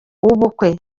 w’ubukwe